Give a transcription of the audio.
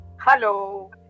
Hello